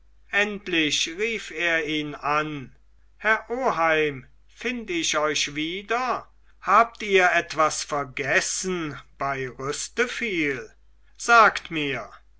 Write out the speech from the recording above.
endlich rief er ihn an herr oheim find ich euch wieder habt ihr etwas vergessen bei rüsteviel sagt mir